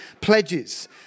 pledges